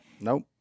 Nope